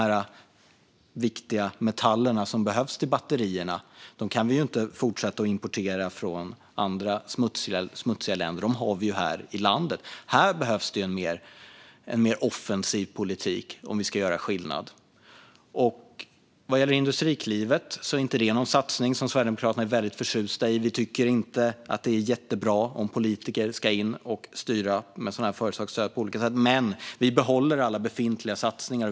De viktiga metaller som behövs till batterierna kan vi inte fortsätta att importera från andra, smutsiga länder - vi har ju dem här i landet. Här behövs en mer offensiv politik om vi ska göra skillnad. Vad gäller Industriklivet är det inte en satsning som Sverigedemokraterna är särskilt förtjusta i. Vi tycker inte att det är jättebra att politiker på olika sätt ska styra med företagsstöd. Men vi behåller alla befintliga satsningar.